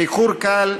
באיחור קל,